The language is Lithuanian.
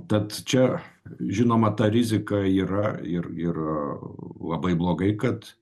tad čia žinoma ta rizika yra ir ir a labai blogai kad